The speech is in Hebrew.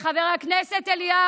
הרב עובדיה, חבר הכנסת אליהו,